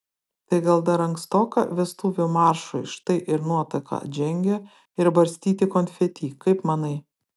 tai gal dar ankstoka vestuvių maršui štai ir nuotaka atžengia ir barstyti konfeti kaip manai